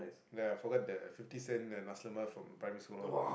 ya forgot the fifty cents Nasi-Lemak from primary school